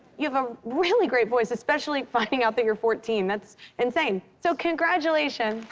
you have a really great voice, especially finding out that you're fourteen. that's insane. so congratulations.